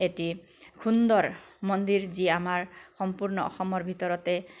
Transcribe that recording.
এটি সুন্দৰ মন্দিৰ যি আমাৰ সম্পূৰ্ণ অসমৰ ভিতৰতে